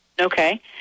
Okay